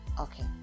okay